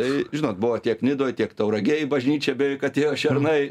tai žinot buvo tiek nidoje tiek tauragėj į bažnyčią beveik atėjo šernai